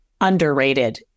underrated